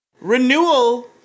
Renewal